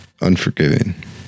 unforgiving